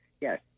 yes